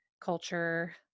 culture